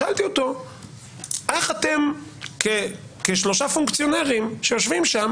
שאלתי אותו איך הם כשלושה פונקציונרים שיושבים שם